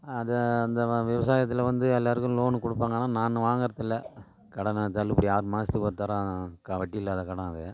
அது அந்த வ விவசாயத்தில் வந்து எல்லாருக்கும் லோனு கொடுப்பாங்க ஆனால் நான் வாங்கறதில்லை கடனாக தள்ளுபடி ஆறு மாதத்துக்கு ஒரு தரோம் வட்டியில்லாத கடன் அது